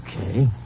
okay